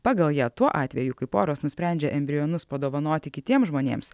pagal ją tuo atveju kai poros nusprendžia embrionus padovanoti kitiems žmonėms